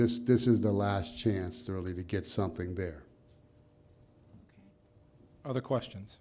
this this is the last chance to really get something there are the questions